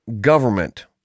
government